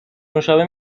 نوشابه